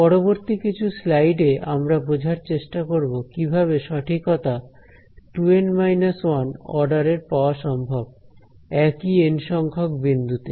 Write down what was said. পরবর্তী কিছু স্লাইডে আমরা বোঝার চেষ্টা করব কিভাবে সঠিকতা 2N 1 অর্ডারের পাওয়া সম্ভব একই এন সংখ্যক বিন্দুতে